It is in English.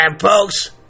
folks